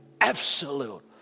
absolute